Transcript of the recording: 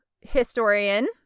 historian